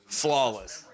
flawless